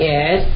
Yes